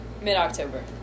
mid-October